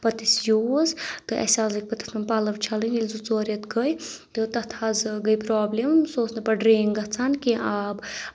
پَتہٕ أسۍ یوٗز تہٕ اَسہِ حظ لٔگۍ تٔتھۍ منٛز پَلَو چھَلٕنۍ ییٚلہِ زٕ ژور رٮ۪تھ گٔے تہٕ تَتھ حظ گٔے پروبلِم سُہ اوس نہٕ پَتہٕ ڈرٛین گژھان کینٛہہ آب